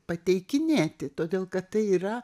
pateikinėti todėl kad tai yra